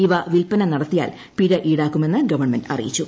ഇവ വിൽപ്പന നടത്തിയാൽ പിഴ ഈടാക്കുമെന്ന് ഗവൺമെന്റ് അറിയിച്ചു